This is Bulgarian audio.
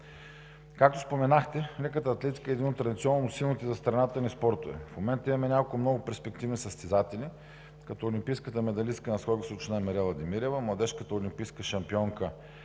Както споменахте, леката атлетика е един от традиционно силните за страната ни спортове. В момента имаме няколко много перспективни състезатели като олимпийската медалистка на скока на височина Мирела Демирева, младежката олимпийска шампионка